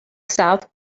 south